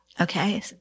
Okay